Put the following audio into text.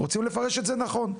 רוצים לפרש את זה נכון.